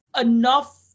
enough